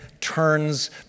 turns